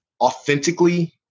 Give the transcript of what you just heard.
authentically